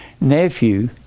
nephew